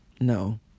no